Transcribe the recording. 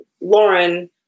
Lauren